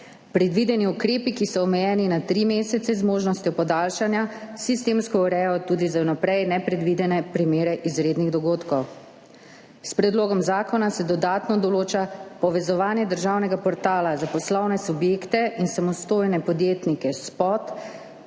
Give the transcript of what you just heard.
Predvideni ukrepi, ki so omejeni na tri mesece z možnostjo podaljšanja, sistemsko urejajo tudi za vnaprej nepredvidene primere izrednih dogodkov. S predlogom zakona se dodatno določa povezovanje državnega portala za poslovne subjekte in samostojne podjetnike SPOT